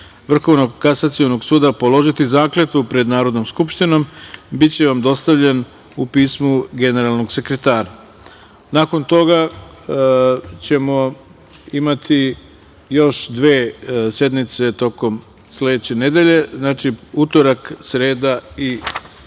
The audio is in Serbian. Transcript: Vrhovnog kasacionog suda položiti zakletvu pred Narodnom skupštinom, biće vam dostavljen u pismu generalnog sekretara. Nakon toga ćemo imati još dve sednice tokom sledeće nedelje. Znači, utorak, sreda i